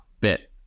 bit